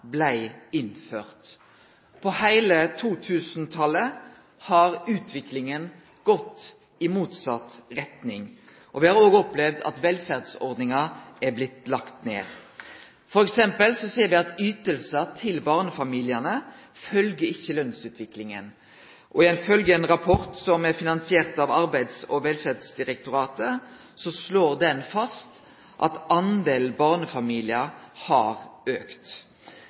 blei innførte. På heile 2000-talet har utviklinga gått i motsett retning. Me har òg opplevd at velferdsordningar er blitt lagde ned. For eksempel ser me at ytingar til barnefamiliane ikkje følgjer lønnsutviklinga. Ein rapport som er finansiert av Arbeids- og velferdsdirektoratet, slår fast at talet på barnefamiliar har